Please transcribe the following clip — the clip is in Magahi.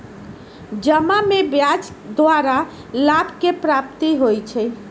जमा में ब्याज द्वारा लाभ के प्राप्ति होइ छइ